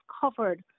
covered